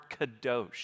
kadosh